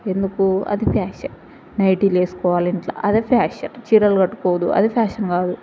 ఎందుకు అది ఫ్యాషన్ నైటీలు వేసుకోవాలి ఇంట్లో అది ఫ్యాషన్ చీరలు కట్టుకోవద్దు అది ఫ్యాషన్ కాదు